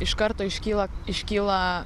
iš karto iškyla iškyla